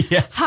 Yes